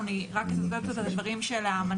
אני אומר מה שאמרתי בדיון הקודם בנושא הזה,